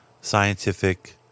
scientific